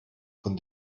von